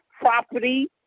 property